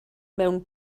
mewn